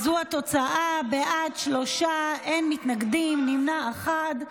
שלושה בעד, אין מתנגדים, נמנע אחד.